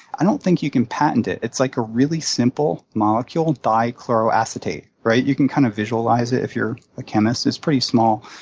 i don't think you can patent it. it's like a really simple molecule, dichloroacetate, right? you can kind of visualize it if you're a chemist. it's a pretty small,